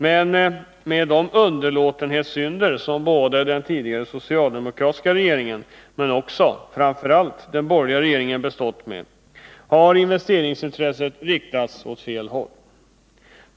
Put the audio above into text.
Men med de underlåtenhetssynder som både den socialdemokratiska regeringen och — framför allt — den borgerliga regeringen har begått, har investeringsintresset riktats åt fel håll.